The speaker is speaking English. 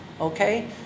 Okay